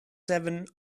seven